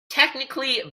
technically